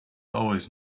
always